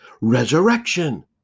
Resurrection